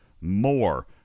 more